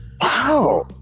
Wow